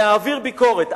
להעביר ביקורת.